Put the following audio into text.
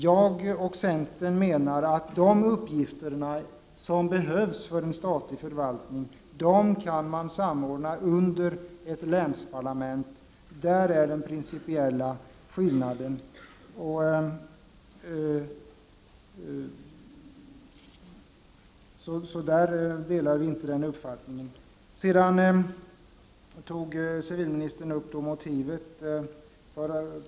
Vi i centern anser att de uppgifter som behövs för en statlig förvaltning kan samordnas under ett länsparlament. Där finns den principiella skillnaden mellan våra uppfattningar. På den punkten delar jag alltså inte civilministerns uppfattning.